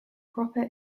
proper